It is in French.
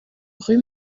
rue